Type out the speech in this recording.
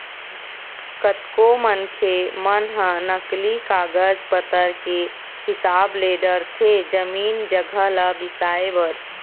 कतको मनखे मन ह नकली कागज पतर के हिसाब ले डरथे जमीन जघा ल बिसाए बर